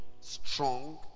strong